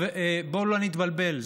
בואו לא נתבלבל,